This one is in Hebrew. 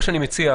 מה שאני מציע,